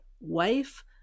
wife